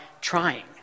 trying